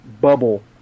bubble